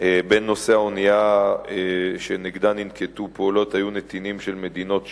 בין נוסעי האונייה שנגדה ננקטו פעולות היו נתינים של מדינות שונות,